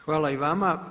Hvala i vama.